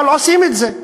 אבל עושים את זה.